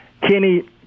Kenny